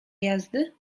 jazdy